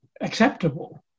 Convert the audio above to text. acceptable